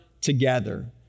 together